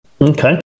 Okay